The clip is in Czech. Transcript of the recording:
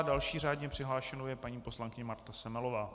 Další řádně přihlášenou je paní poslankyně Marta Semelová.